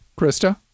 Krista